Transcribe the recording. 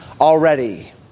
already